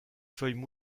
feuilles